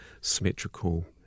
symmetrical